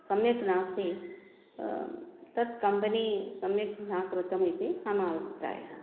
सम्यक् नास्ति तद् कम्बेनि सम्यक् न कृतम् इति मम अभिप्रायः